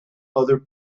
other